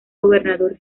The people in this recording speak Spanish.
gobernador